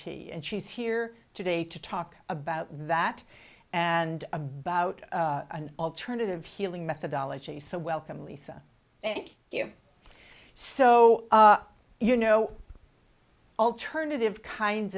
t and she's here today to talk about that and about an alternative healing methodology so welcome lisa thank you so you know alternative kinds